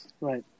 Right